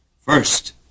First